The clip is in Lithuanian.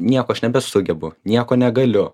nieko aš nebesugebu nieko negaliu